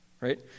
right